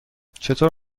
چطور